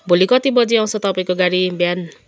भोलि कति बजी आउँछ तपाईँको गाडी बिहान